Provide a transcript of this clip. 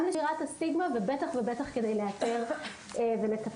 גם לשבירת הסטיגמה ובטח ובטח כדי לאתר ולטפל.